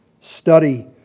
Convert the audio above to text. study